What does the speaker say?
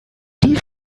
die